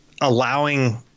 allowing